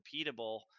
repeatable